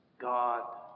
God